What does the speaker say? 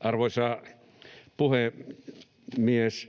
Arvoisa puhemies!